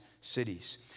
cities